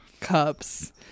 cups